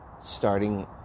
Starting